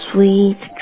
Sweet